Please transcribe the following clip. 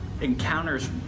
encounters